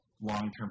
long-term